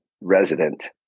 resident